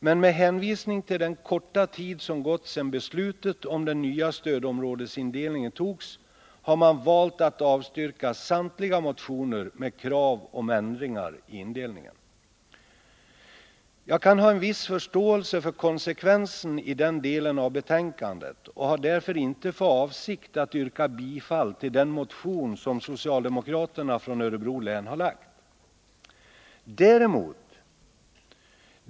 Men med hänvisning till den korta tid som gått sedan beslutet om den nya stödområdesindelningen togs har man valt att avstyrka samtliga motioner med krav om ändringar i indelningen. Jag kan ha en viss förståelse för konsekvensen i den delen av betänkandet och har därför inte för avsikt att yrka bifall till den motion som socialdemokraterna från Örebro län har väckt.